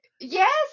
Yes